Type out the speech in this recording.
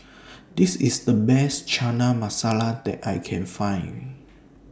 This IS The Best Chana Masala that I Can Find